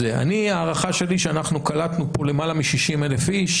ההערכה שלי היא שאנחנו קלטנו פה למעלה מ-60,000 איש